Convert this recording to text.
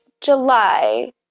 July